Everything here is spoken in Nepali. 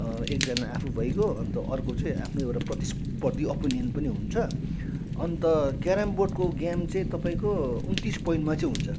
एकजना आफू भइगयो अन्त अर्को चाहिँ आफ्नो एउटा प्रतिस्पर्धी अप्पोनेन्ट पनि हुन्छ अन्त क्यारम बोर्डको गेम चाहिँ तपाईँको उन्तिस पोइन्टमा चाहिँ हुन्छ